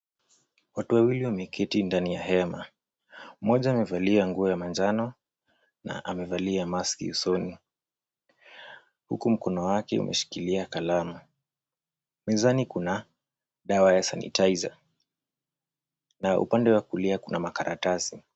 Watu wawili wameketi ndani ya hema. Mmoja amevalia nguo ya manjano na amevalia mask usoni huku mkono wake umeshikilia kalamu. Mezani kuna dawa ya sanitizer na upande wa kulia kuna makaratasi.